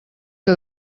que